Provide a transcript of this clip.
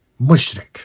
mushrik